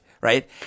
right